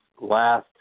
last